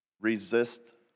Resist